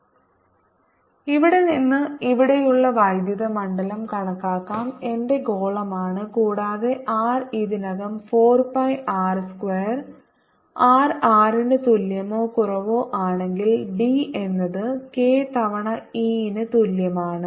4πr2QD Q4πr2 r ഇതിൽ നിന്ന് ഇവിടെയുള്ള വൈദ്യുത മണ്ഡലം കണക്കാക്കാം എന്റെ ഗോളമാണ് കൂടാതെ R ഇതിനകം 4 pi r square r R ന് തുല്യമോ കുറവോ ആണെങ്കിൽ D എന്നത് k തവണ E ന് തുല്യമാണ്